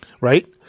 Right